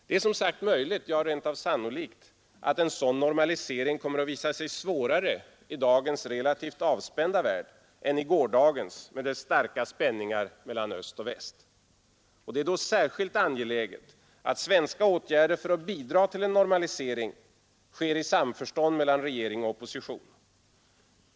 Det är som sagt möjligt, ja, rent av sannolikt att en sådan normalisering kommer att visa sig svårare i dagens relativt avspända värld än i gårdagens med dess starka spänningar mellan öst och väst. Det är då särskilt angeläget att svenska åtgärder för att bidra till en normalisering vidtas i samförstånd mellan regering och opposition.